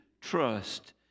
trust